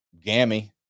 Gammy